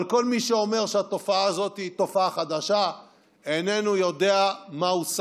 אבל כל מי שאומר שהתופעה הזאת היא תופעה חדשה איננו יודע מה הוא שח.